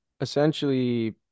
essentially